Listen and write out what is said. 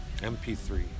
MP3